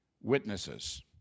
witnesses